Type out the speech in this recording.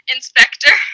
Inspector